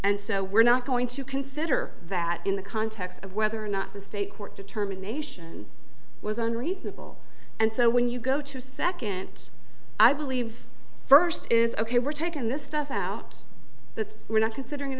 and so we're not going to consider that in the context of whether or not the state court determination was unreasonable and so when you go to second i believe first is ok we're taking this stuff out that we're not considering it